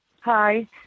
Hi